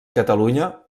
catalunya